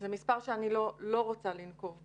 זה מספר שאני לא רוצה לנקוב בו.